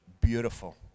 beautiful